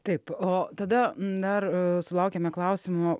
taip o tada dar sulaukėme klausimo